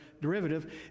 derivative